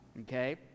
Okay